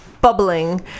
bubbling